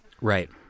Right